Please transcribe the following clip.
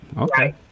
Okay